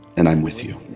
and i'm with you.